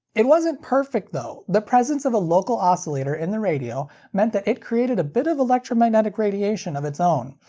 it wasn't perfect though. the presence of a local oscillator in the radio meant that it created a bit of electromagnetic radiation of its own,